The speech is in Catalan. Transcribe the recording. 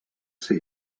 ser